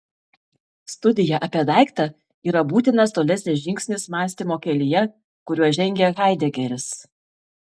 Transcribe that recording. studija apie daiktą yra būtinas tolesnis žingsnis mąstymo kelyje kuriuo žengia haidegeris